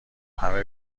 همه